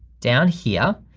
down here.